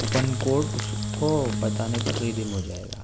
coupon code اس کو بتانے پر ردیم ہوجائے گا